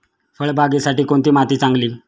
फळबागेसाठी कोणती माती चांगली?